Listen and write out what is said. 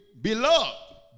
beloved